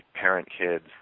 parent-kids